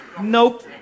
Nope